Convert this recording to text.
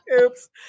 Oops